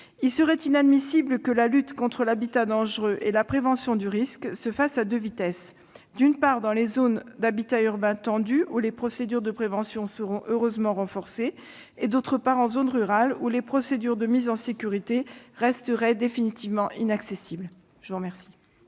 Il serait inadmissible que la lutte contre l'habitat dangereux et la prévention du risque se fasse à deux vitesses : d'une part, dans les zones d'habitat urbain tendu, où les procédures de prévention seront heureusement renforcées, et, d'autre part, en zone rurale, où les procédures de mise en sécurité resteraient définitivement inaccessibles. La parole